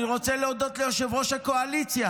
אני רוצה להודות ליושב-ראש הקואליציה,